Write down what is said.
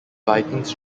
vikings